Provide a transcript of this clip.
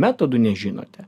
metodų nežinote